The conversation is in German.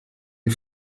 die